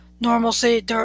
normalcy